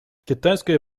китайское